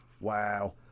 wow